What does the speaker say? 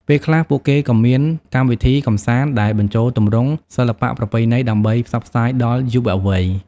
ពេលខ្លះ ពួកគេក៏មានកម្មវិធីកម្សាន្តដែលបញ្ចូលទម្រង់សិល្បៈប្រពៃណីដើម្បីផ្សព្វផ្សាយដល់យុវវ័យ។